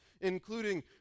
including